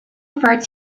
referred